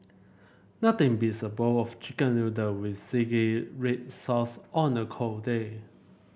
nothing beats a bowl of chicken noodle with zingy red sauce on a cold day